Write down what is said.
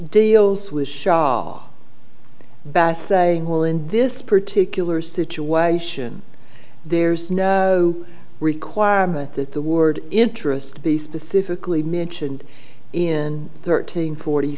deals with shah best saying well in this particular situation there's no requirement that the ward interest be specifically mentioned in thirteen forty